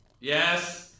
Yes